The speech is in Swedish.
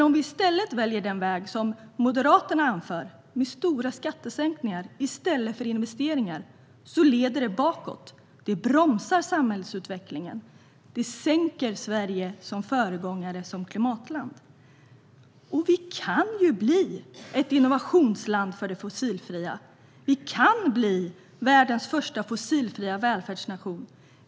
Om vi i stället väljer den väg Moderaterna anför, med stora skattesänkningar i stället för investeringar, leder det bakåt. Det bromsar samhällsutvecklingen. Vi sänker Sverige som föregångare och klimatland. Vi kan ju bli ett innovationsland för det fossilfria. Vi kan bli världens första fossilfria välfärdsnation.